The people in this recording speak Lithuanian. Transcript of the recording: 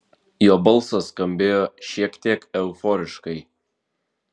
jo balsas skambėjo šiek tiek euforiškai